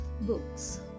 Books